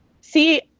See